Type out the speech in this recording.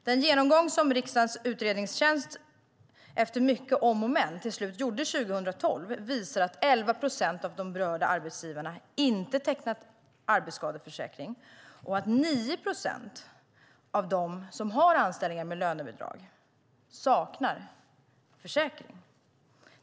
Den genomgång som riksdagens utredningstjänst, efter mycket om och men, till slut gjorde 2012 visar att 11 procent av de berörda arbetsgivarna inte har tecknat arbetsskadeförsäkring och att 9 procent av dem som har anställningar med lönebidrag saknar försäkring.